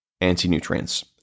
anti-nutrients